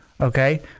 Okay